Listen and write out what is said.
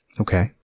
Okay